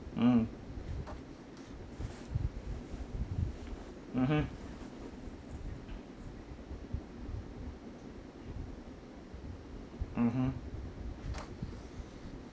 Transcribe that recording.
mm mmhmm mmhmm